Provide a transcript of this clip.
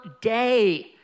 day